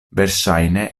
verŝajne